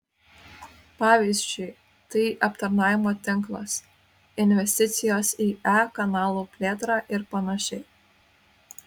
pavyzdžiui tai aptarnavimo tinklas investicijos į e kanalų plėtrą ir panašiai